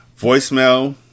voicemail